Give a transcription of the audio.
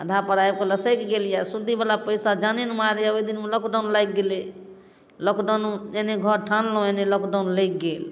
अधापर आबिके लसकि गेल अछि सूदिवला पैसा जाने नहि मारैये ओइ दिनमे लॉकडाउन लागि गेलै लॉकडाउनमे जहने घर ठानलहुँ ओहिने लॉकडाउन लागि गेल